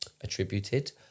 attributed